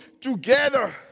together